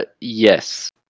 Yes